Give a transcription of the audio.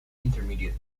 intermediate